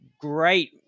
great